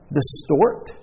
distort